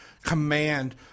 command